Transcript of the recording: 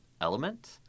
element